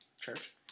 Church